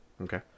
Okay